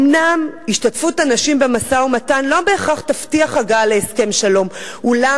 אומנם השתתפות הנשים במשא-ומתן לא בהכרח תבטיח הגעה להסכם שלום.